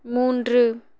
மூன்று